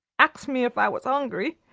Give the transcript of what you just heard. axed me if i was ungry,